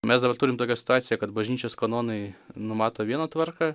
mes dabar turim tokią situaciją kad bažnyčios kanonai numato vieną tvarką